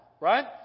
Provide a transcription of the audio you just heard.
right